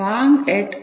Wang et al